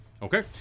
Okay